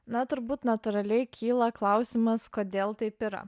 na turbūt natūraliai kyla klausimas kodėl taip yra